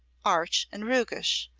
arch and roguish,